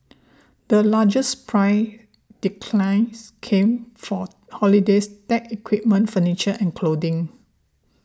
the largest price declines came for holidays tech equipment furniture and clothing